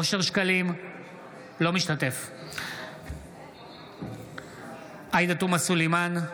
אינו משתתף בהצבעה עאידה תומא סלימאן,